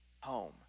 home